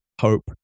hope